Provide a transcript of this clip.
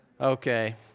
Okay